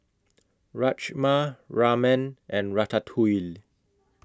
Rajma Ramen and Ratatouille